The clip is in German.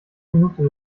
minute